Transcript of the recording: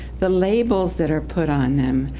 the labels that are put on them,